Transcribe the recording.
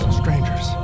strangers